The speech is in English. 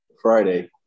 Friday